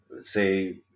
say